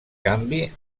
canvi